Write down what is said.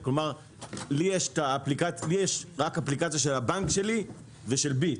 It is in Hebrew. לי יש רק אפליקציה של הבנק שלי ושל "ביט",